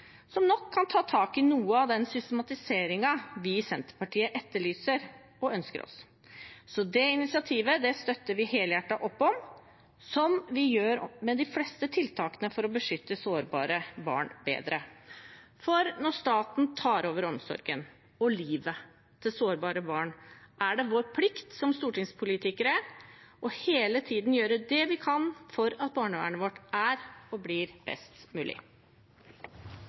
som nok kan ta tak i noe av den systematiseringen vi i Senterpartiet etterlyser og ønsker oss. Det initiativet støtter vi helhjertet opp om, som vi gjør med de fleste tiltakene for å beskytte sårbare barn bedre. For når staten tar over omsorgen og livet til sårbare barn, er det vår plikt som stortingspolitikere hele tiden å gjøre det vi kan for at barnevernet vårt er og blir best mulig.